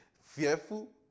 fearful